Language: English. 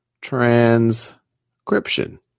Transcription